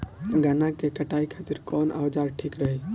गन्ना के कटाई खातिर कवन औजार ठीक रही?